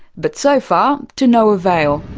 but so far to no avail.